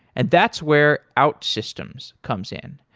and that's where outsystems comes in.